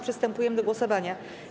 Przystępujemy do głosowania.